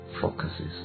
focuses